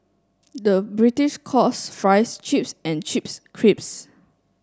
the British calls fries chips and chips crisps